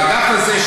האגף הזה,